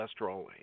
cholesterol